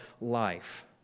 life